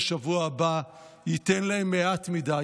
בשבוע הבא ייתן להם מעט מדי,